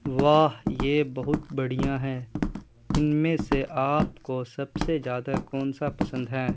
واہ یہ بہت بڑھیا ہے ان میں سے آپ کو سب سے زیادہ کون سا پسند ہے